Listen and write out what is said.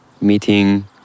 meeting